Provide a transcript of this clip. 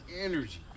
energy